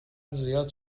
زیاد